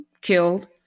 Killed